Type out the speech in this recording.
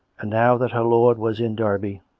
and now that her lord was in derby,